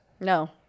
No